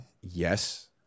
yes